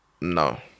No